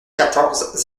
quatorze